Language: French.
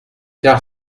car